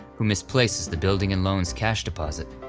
who misplaces the building and loan's cash deposit,